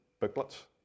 Booklets